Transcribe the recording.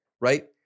right